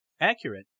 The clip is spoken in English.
accurate